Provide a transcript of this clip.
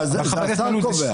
השר קובע.